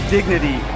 Dignity